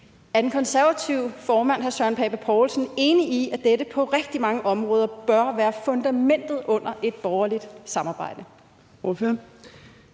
Er den konservative formand, hr. Søren Pape Poulsen, enig i, at dette på rigtig mange områder bør være fundamentet under et borgerligt samarbejde?